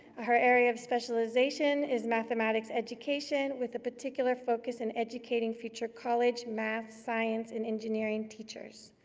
her area of specialization is mathematics education, with a particular focus in educating future college math, science, and engineering teachers.